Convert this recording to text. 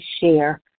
share